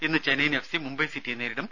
ഇന്ന് ചെന്നൈയിൻ എഫ്സി മുംബൈ സിറ്റിയെ നേരിടും